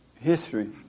history